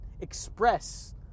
Express